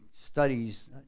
studies